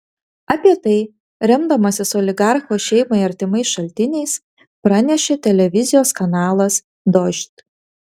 apie tai remdamasis oligarcho šeimai artimais šaltiniais pranešė televizijos kanalas dožd